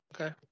Okay